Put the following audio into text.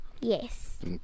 Yes